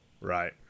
Right